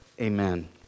Amen